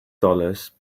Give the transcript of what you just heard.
dollars